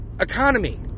economy